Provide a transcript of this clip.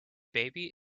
baby